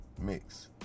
Mix